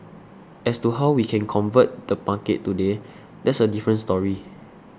as to how we can convert the market today that's a different story